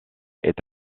est